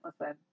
listen